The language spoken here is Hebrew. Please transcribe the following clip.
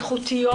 איכותיות,